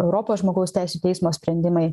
europos žmogaus teisių teismo sprendimai